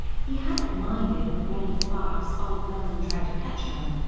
he hadn't minded when reddy fox all alone tried to catch him.